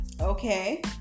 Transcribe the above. Okay